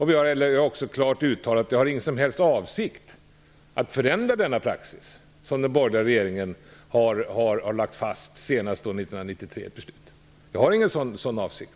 Vi har också klart uttalat att vi inte har någon som helst avsikt att förändra den praxis som den borgerliga regeringen har lagt fast senast i sitt beslut 1993. Jag har ingen sådan avsikt.